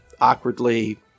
awkwardly